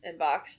inbox